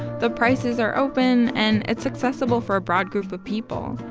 the prices are open and it's accessible for a broad group of people.